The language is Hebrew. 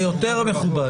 זה יותר מכובד.